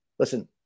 Listen